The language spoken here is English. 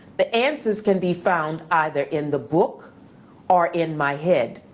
the answers can be found either in the book or in my head.